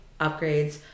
upgrades